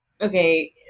Okay